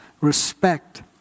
respect